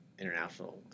international